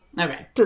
Okay